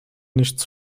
nichts